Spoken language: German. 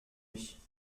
ich